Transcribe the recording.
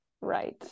right